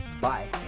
Bye